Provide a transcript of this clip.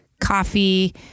coffee